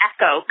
Echo